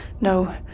no